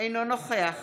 אינו נוכח